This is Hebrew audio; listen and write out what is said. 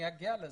אני אגיע לזה.